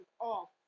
off